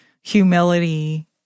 humility